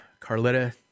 Carletta